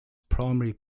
primary